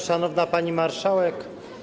Szanowna Pani Marszałek!